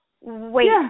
Wait